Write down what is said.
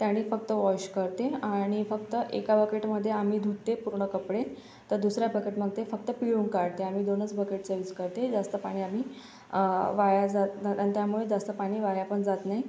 त्याने फक्त वॉश करते आणि फक्त एका बकेटमध्ये आम्ही धुते पूर्ण कपडे तर दुसऱ्या बकेटमध्ये फक्त पिळून काढते आणि दोनच बकेटचा यूज करते जास्त पाणी आम्ही वाया जात आणि त्यामुळे जास्त पाणी वाया पण जात नाही